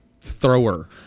thrower